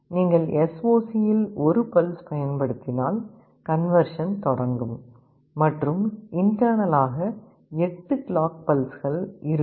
நீங்கள் எஸ்ஓசி இல் ஒரு பல்ஸ் பயன்படுத்தினால் கன்வெர்சன் தொடங்கும் மற்றும் இன்டெர்னலாக 8 கிளாக் பல்ஸ்கள் இருக்கும்